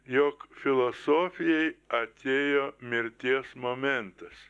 jog filosofijai atėjo mirties momentas